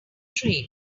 train